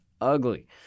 ugly